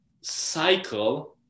cycle